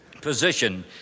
position